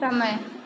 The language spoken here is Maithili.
समय